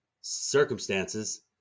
circumstances